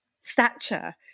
Stature